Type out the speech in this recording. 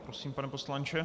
Prosím pane poslanče.